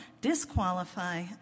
Disqualify